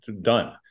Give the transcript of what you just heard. done